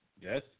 Yes